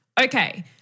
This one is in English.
Okay